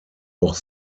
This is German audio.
auch